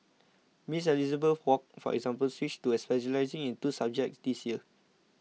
Miss Elizabeth Wok for example switched to specialising in two subjects this year